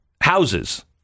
houses